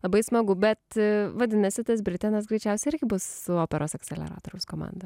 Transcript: labai smagu bet vadinasi tas britenas greičiausiai irgi bus operos akseleratoriaus komanda